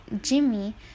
Jimmy